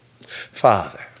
father